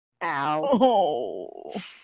Ow